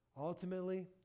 Ultimately